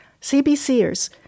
CBCers